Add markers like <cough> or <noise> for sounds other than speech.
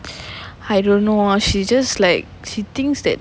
<breath> I don't know she's just like she thinks that